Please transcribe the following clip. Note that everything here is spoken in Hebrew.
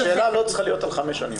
השאלה לא צריכה להיות על 5 שנים,